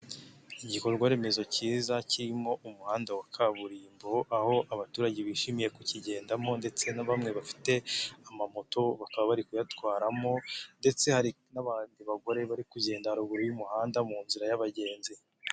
igikorwa remezo cyiza kirimo umuhanda wa kaburimbo aho abaturage bishimiye kukigendamo ndetse na bamwe bafite amamoto bakaba bari kuyatwaramo ndetse hari n'abandi bagore bari kugenda haruguru y'umuhanda mu nzira y'abagenzi.